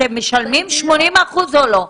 אתם משלמים 80% או לא?